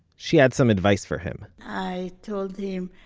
she had some advice for him i told him,